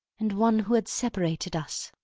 and one who had separated us